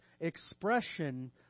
expression